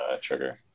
trigger